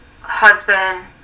husband